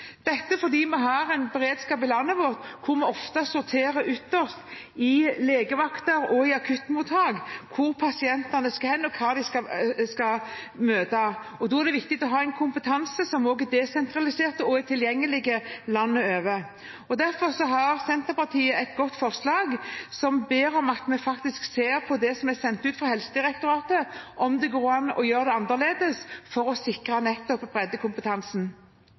Dette fordi vi har en beredskap i landet vårt hvor vi ofte må sortere ytterst i legevakter og i akuttmottak hvor pasientene skal hen, og hva de skal møte. Da er det viktig å ha en kompetanse som også er desentralisert og tilgjengelig landet over. Derfor har Senterpartiet et godt forslag som ber om at vi ser på det som er sendt ut fra Helsedirektoratet, om det går an å gjøre det annerledes for å sikre nettopp breddekompetansen.